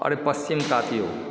अरे पच्छिम ताकियौ